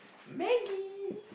Maggi